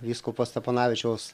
vyskupo steponavičiaus